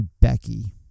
becky